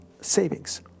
Savings